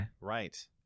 right